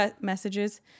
messages